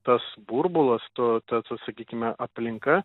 tas burbulas to ta sa sakykime aplinka